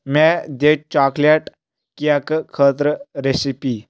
مےٚ دِ چاکلیٹ کیکہٕ خٲطرٕ ریسِپی